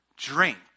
Drink